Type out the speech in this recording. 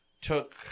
took